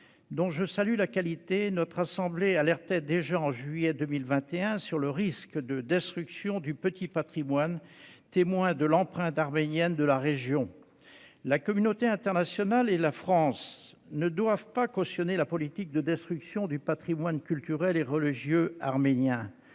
dont je salue la qualité, notre assemblée alertait déjà en juillet 2021 quant au risque de destruction du « petit patrimoine », témoin de l'empreinte arménienne de la région. La communauté internationale et la France ne sauraient cautionner la politique de destruction du patrimoine culturel et religieux arménien,